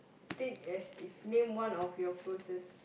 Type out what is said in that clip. thick as teeth name one of your closest